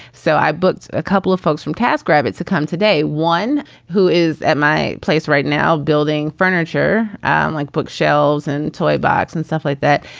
so i booked a couple of folks from taskrabbit to come today, one who is at my place right now building furniture and like bookshelves and toybox and stuff like that.